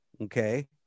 okay